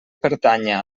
pertanya